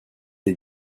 les